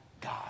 God